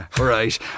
Right